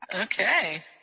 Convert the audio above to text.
Okay